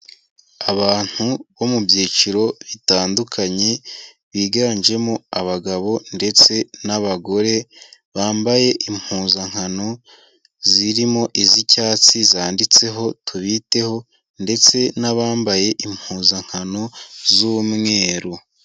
Abantu bo mu byiciro bitandukanye biganjemo abagabo ndetse n'abagore bambaye impuzankano zirimo iz'icyatsi zanditseho tubiteho ndetse n'abambaye impuzankano z'umweru.